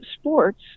sports